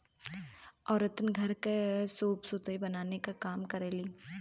औरतन घर के सूप सुतुई बनावे क काम करेलीन